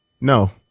No